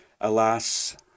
Alas